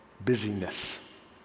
Busyness